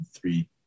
three